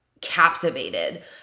captivated